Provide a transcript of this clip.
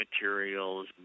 materials